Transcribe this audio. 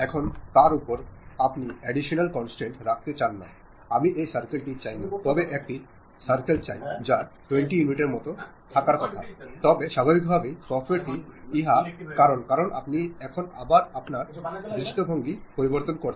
এখন তার উপর আপনি অ্যাডিশনাল কন্সট্রেইন্ট রাখতে চান না আমি এই সার্কেল টি চাই না তবে একটি সার্কেল চাই যার 20 ইউনিটের মাত্রা থাকার কথা তবে স্বাভাবিকভাবেই সফ্টওয়্যার টি ইহা করে কারণ আপনি এখন আবার আপনার দৃষ্টিভঙ্গি পরিবর্তন করছেন